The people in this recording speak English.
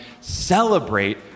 celebrate